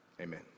amen